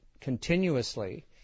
continuously